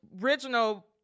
original